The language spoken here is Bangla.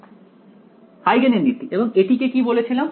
হাইগেনের নীতি এবং এটিকে কি বলেছিলাম